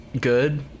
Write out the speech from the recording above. good